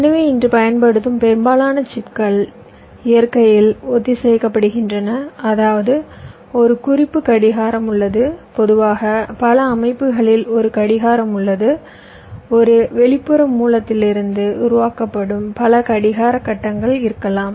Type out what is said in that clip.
எனவே இன்று பயன்படுத்தப்படும் பெரும்பாலான சிப்கள் இயற்கையில் ஒத்திசைக்கப்படுகின்றன அதாவது ஒரு குறிப்பு கடிகாரம் உள்ளது பொதுவாக பல அமைப்புகளில் ஒரு கடிகாரம் உள்ளது ஒரு வெளிப்புற மூலத்திலிருந்து உருவாக்கப்படும் பல கடிகார கட்டங்கள் இருக்கலாம்